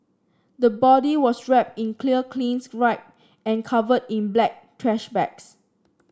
the body was wrapped in clear cling wrap and covered in black trash bags